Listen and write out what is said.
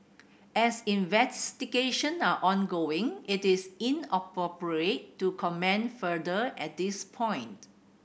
as investigations are ongoing it is inappropriate to comment further at this point